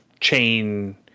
chain